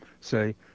say